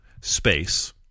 space